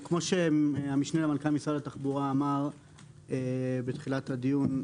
כמו שהמשנה למנכ"ל משרד התחבורה אמר בתחילת הדיון,